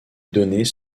données